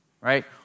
right